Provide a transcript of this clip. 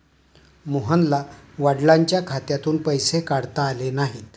मोहनला वडिलांच्या खात्यातून पैसे काढता आले नाहीत